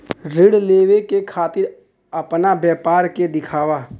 ऋण लेवे के खातिर अपना व्यापार के दिखावा?